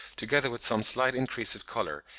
together with some slight increase of colour,